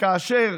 שכאשר